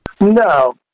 No